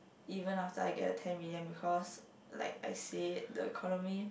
even after I get the ten million because like I said the economy